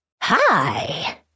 Hi